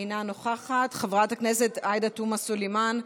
אינה נוכחת, חברת הכנסת עאידה תומא סלימאן,